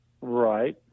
Right